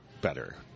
better